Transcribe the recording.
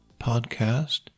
podcast